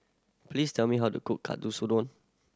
please tell me how to cook